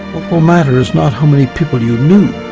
will matter is not how many people you knew,